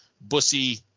Bussy